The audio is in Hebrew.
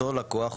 אותו לקוח,